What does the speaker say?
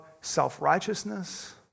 self-righteousness